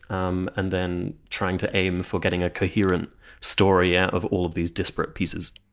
um and then trying to aim for getting a coherent story out of all of these disparate pieces.